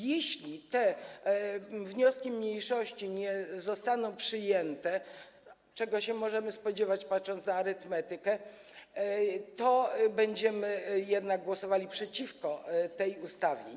Jeśli te wnioski mniejszości nie zostaną przyjęte, czego się możemy spodziewać, patrząc na arytmetykę, będziemy jednak głosowali przeciwko tej ustawie.